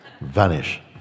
Vanish